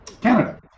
Canada